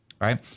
Right